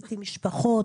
ליוויתי משפחות,